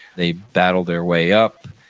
they battle their way up.